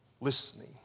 Listening